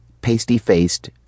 pasty-faced